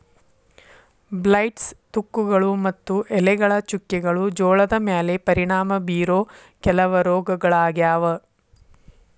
blights, ತುಕ್ಕುಗಳು ಮತ್ತು ಎಲೆಗಳ ಚುಕ್ಕೆಗಳು ಜೋಳದ ಮ್ಯಾಲೆ ಪರಿಣಾಮ ಬೇರೋ ಕೆಲವ ರೋಗಗಳಾಗ್ಯಾವ